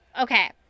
Okay